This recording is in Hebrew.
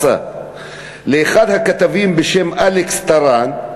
אחד הכתבים בשם אלכס טארן,